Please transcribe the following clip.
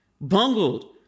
bungled